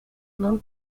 alone